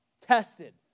tested